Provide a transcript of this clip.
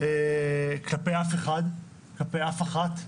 כלפי אף אחד, כלפי אף אחת,